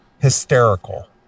hysterical